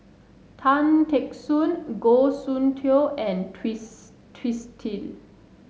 Tan Teck Soon Goh Soon Tioe and Twiss Twisstii